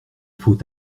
faut